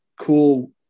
cool